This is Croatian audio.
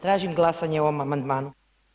Tražim glasanje o ovom amandmanu.